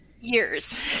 Years